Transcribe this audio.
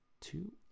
two